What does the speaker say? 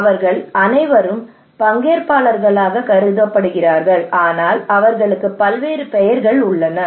அவர்கள் அனைவரும் பங்கேற்பாளர்களாகக் கருதப்படுகிறார்கள் ஆனால் அவர்களுக்கு பல்வேறு பெயர்கள் உள்ளன